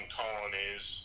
colonies